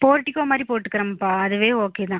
portico மாதிரி போட்டுக்குறன்ப்பா அதுவே ஓகே தான்